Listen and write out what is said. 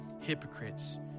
hypocrites